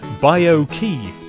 bio-key